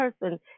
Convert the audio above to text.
person